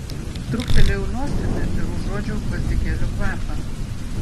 truktelėjau nosimi ir užuodžiau gvazdikėlių kvapą